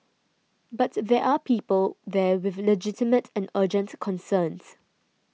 but there are people there with legitimate and urgent concerns